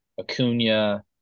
Acuna